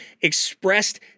expressed